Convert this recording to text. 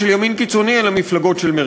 לפרסם גם באתר האינטרנט של המועצה,